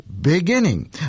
beginning